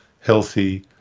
healthy